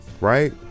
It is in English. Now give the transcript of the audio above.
right